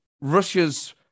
Russia's